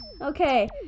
Okay